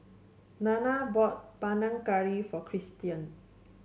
Nana bought Panang Curry for Christion